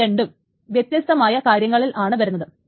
അവ രണ്ടു വ്യത്യസ്തമായ കാര്യങ്ങളിൽ ആണ് വരുന്നത്